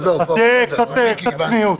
אז קצת צניעות.